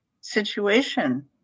situation